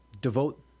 devote